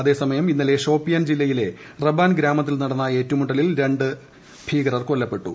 അതേസമയം ഇന്നലെ ഷോപ്പിയാൻ ജില്ലയിലെ റെബാൻ ഗ്രാമത്തിൽ നടന്ന ഏറ്റുമുട്ടലിൽ രണ്ട് തീവ്രവാദികൾ കൊല്ലപ്പെട്ടു